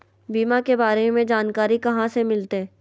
बीमा के बारे में जानकारी कहा से मिलते?